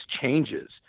changes